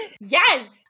yes